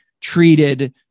treated